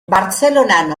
bartzelonan